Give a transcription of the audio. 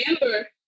remember